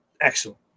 excellent